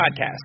Podcast